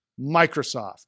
Microsoft